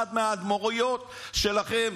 אחת מהאדמו"ריות שלכם,